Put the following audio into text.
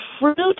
fruit